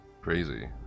crazy